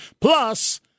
plus